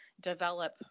develop